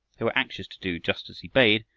they were anxious to do just as he bade,